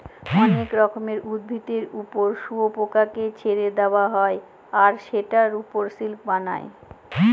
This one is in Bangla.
অনেক রকমের উদ্ভিদের ওপর শুয়োপোকাকে ছেড়ে দেওয়া হয় আর সেটার ওপর সিল্ক বানায়